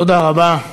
תודה רבה.